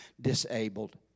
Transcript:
disabled